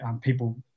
people